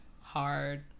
hard